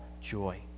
joy